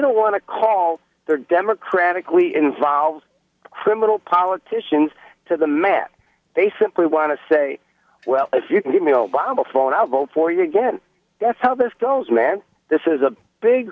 don't want to call their democratically involved criminal politicians to the man they simply want to say well if you can email bible phone i'll vote for you again that's how this goes man this is a big